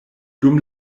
dum